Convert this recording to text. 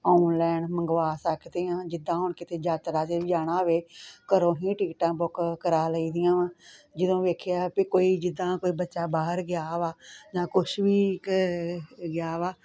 online ਮੰਗਵਾ ਸਕਦੇ ਹਾਂ ਜਿੱਦਾਂ ਹੁਣ ਕਿਤੇ ਯਾਤਰਾ 'ਤੇ ਵੀ ਜਾਣਾ ਹੋਵੇ ਘਰੋਂ ਹੀ ਟਿਕਟਾਂ ਬੁੱਕ ਕਰਾ ਲਈਦੀਆਂ ਵਾ ਜਦੋਂ ਵੇਖਿਆ ਵੀ ਕੋਈ ਜਿੱਦਾਂ ਕੋਈ ਬੱਚਾ ਬਾਹਰ ਗਿਆ ਵਾ ਜਾਂ ਕੁਛ ਵੀ ਗਿਆ ਵਾ